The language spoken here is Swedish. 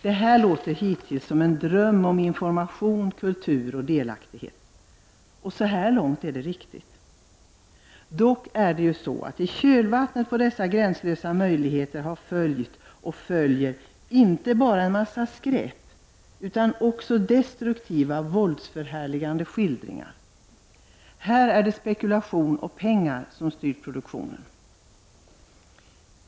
Det här låter hittills som en dröm om information, kultur och delaktighet, och så här långt är det riktigt. Det är dock så, att i kölvattnet efter alla dessa gränslösa möjligheter har följt och följer alltjämt inte bara en massa skräp, utan också destruktiva våldsförhärligande skildringar. På det här området är det spekulation och pengar som har styrt produktionen.